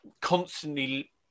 constantly